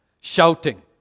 shouting